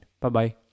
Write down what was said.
Bye-bye